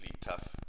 tough